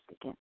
again